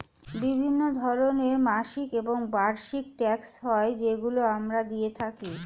বিভিন্ন ধরনের মাসিক এবং বার্ষিক ট্যাক্স হয় যেগুলো আমরা দিয়ে থাকি